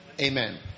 Amen